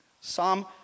Psalm